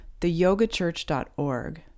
theyogachurch.org